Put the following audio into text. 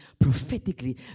prophetically